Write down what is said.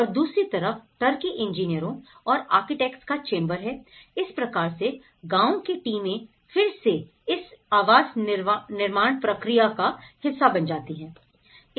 और दूसरी तरफ टर्की इंजीनियरों और आर्किटेक्ट्स का चैंबर है इस प्रकार से गांव की टीमें फिर से इस आवास निर्माण प्रक्रिया का हिस्सा बन जाती है